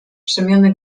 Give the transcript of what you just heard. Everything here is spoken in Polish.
przemiany